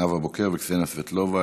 נאוה בוקר, קסניה סבטלובה.